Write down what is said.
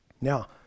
Now